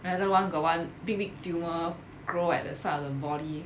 another one got one big big tumor grow at the side of the body